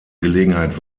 gelegenheit